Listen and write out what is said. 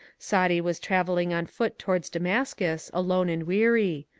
saadi was travelling on foot towards damascus, alone and weary.